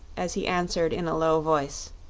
as he answered in a low voice